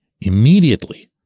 immediately